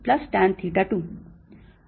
sec1tan1sec2tan2